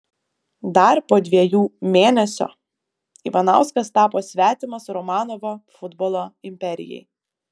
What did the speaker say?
dar po dviejų mėnesio ivanauskas tapo svetimas romanovo futbolo imperijai